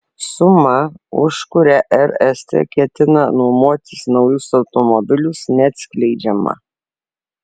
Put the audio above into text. suma už kurią rst ketina nuomotis naujus automobilius neatskleidžiama